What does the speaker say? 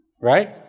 right